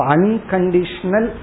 Unconditional